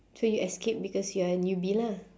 so you escaped because you are a newbie lah